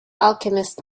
alchemist